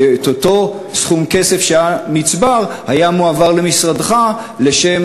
ואותו סכום כסף שהיה נצבר היה מועבר למשרדך לשם